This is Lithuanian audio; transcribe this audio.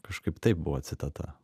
kažkaip taip buvo citata